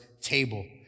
table